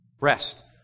rest